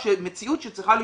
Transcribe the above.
זו מציאות שצריכה להשתנות.